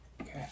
Okay